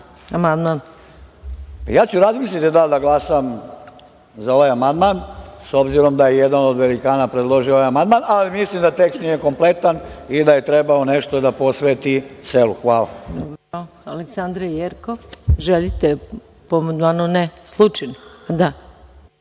Ja ću razmisliti da li da glasam za ovaj amandman, s obzirom, da je jedan od velikana predložio ovaj amandman, ali mislim da tekst nije kompletan i da je trebao nešto da posveti selu. Hvala.